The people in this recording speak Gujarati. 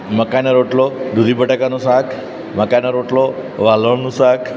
મકાઈનો રોટલો દૂધી બટાકાનું શાક મકાઈનો રોટલો વાલોળનું શાક